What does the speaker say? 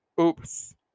oops